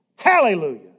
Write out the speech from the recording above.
Hallelujah